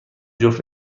جفت